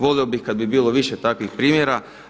Volio bih kada bi bilo više takvih primjera.